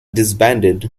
disbanded